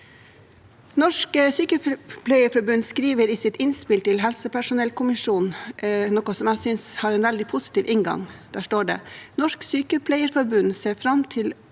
Norsk Sykepleierforbund skriver i sitt innspill til helsepersonellkommisjonen noe som jeg synes har en veldig positiv inngang. Der står det: «NSF ser fram til